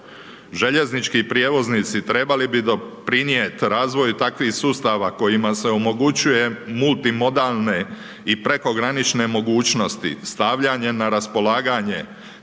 Željeznički prijevoznici trebali bi doprinijeti razvoj takvih sustava, kojemu se omogućuje multimodalne i prekogranične mogućnosti, stavljanje na raspolaganje